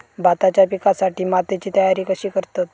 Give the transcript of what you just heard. भाताच्या पिकासाठी मातीची तयारी कशी करतत?